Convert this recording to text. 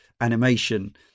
animation